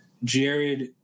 Jared